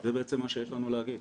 זה בעצם מה שיש לנו להגיד.